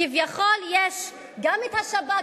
כביכול יש גם השב"כ,